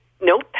Nope